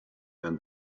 then